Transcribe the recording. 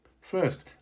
First